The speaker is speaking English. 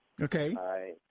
Okay